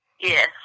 Yes